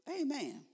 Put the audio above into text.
Amen